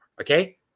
okay